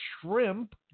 shrimp